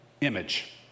image